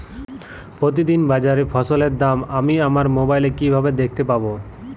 প্রতিদিন বাজারে ফসলের দাম আমি আমার মোবাইলে কিভাবে দেখতে পাব?